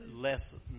less